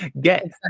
Get